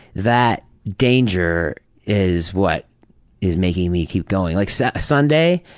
that danger is what is making me keep going. like so sunday,